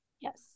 Yes